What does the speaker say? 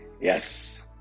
yes